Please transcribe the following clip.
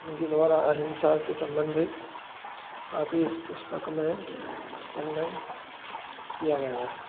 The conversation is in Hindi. उनके द्वारा अहिंसा से संबंधित काफी इस पुस्तक में वर्णन किया गया है